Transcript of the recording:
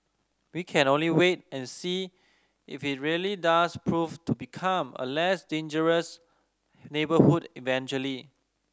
we can only wait and see if it really does prove to become a less dangerous neighbourhood eventually